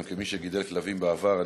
גם כמי שגידל כלבים בעבר.